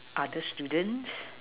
other students